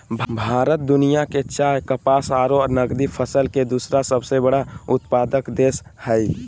भारत दुनिया के चाय, कपास आरो नगदी फसल के दूसरा सबसे बड़ा उत्पादक देश हई